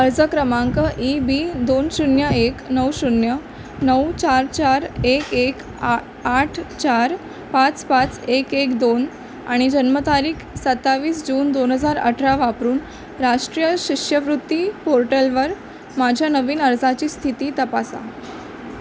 अर्ज क्रमांक E B दोन शून्य एक नऊ शून्य नऊ चार चार एक एक आठ चार पाच पाच एक एक दोन आणि जन्मतारीख सत्तावीस जून दोन हजार अठरा वापरून राष्ट्रीय शिष्यवृत्ती पोर्टलवर माझ्या नवीन अर्जाची स्थिती तपासा